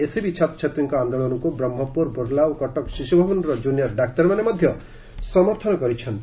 SCB ଛାତ୍ରଛାତ୍ରୀଙ୍କ ଆନ୍ଦୋଳନକୁ ବ୍ରହ୍କପୁର ବୁର୍ଲା ଓ କଟକ ଶିଶୁଭବନର ଜୁନିୟର୍ ଡାକ୍ତରମାନେ ସମର୍ଥନ କରିଛନ୍ତି